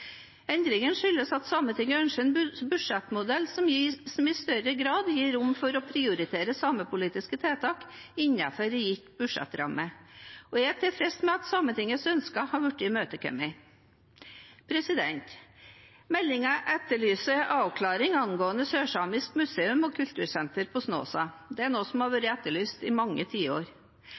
Endringen skyldes at Sametinget ønsker en budsjettmodell som i større grad gir dem rom for å prioritere samepolitiske tiltak innenfor en gitt budsjettramme. Jeg er tilfreds med at Sametingets ønsker har blitt imøtekommet. Meldingen etterlyser avklaring angående sørsamisk museum og kultursenter på Snåsa. Det er noe som har vært etterlyst i mange tiår.